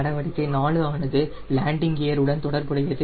நடவடிக்கை 4 ஆனது landing gear உடன் தொடர்புடையது